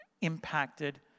impacted